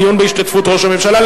דיון בהשתתפות ראש הממשלה.